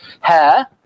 hair